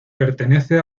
pertenece